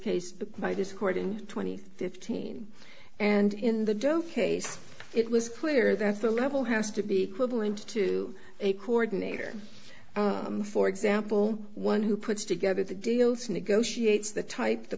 case by this court in twenty fifteen and in the doe case it was clear that the level has to be equivalent to a coordinator for example one who puts together the deals negotiates the type t